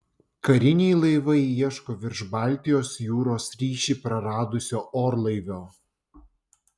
kariniai laivai ieško virš baltijos jūros ryšį praradusio orlaivio